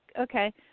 okay